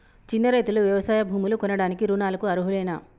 చిన్న రైతులు వ్యవసాయ భూములు కొనడానికి రుణాలకు అర్హులేనా?